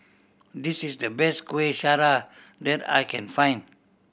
this is the best Kuih Syara that I can find